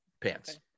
pants